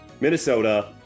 Minnesota